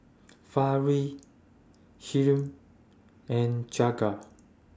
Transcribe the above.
Fali Hri and Jagat